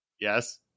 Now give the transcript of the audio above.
Yes